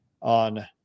on